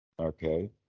Okay